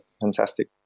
fantastic